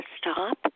stop